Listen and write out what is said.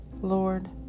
Lord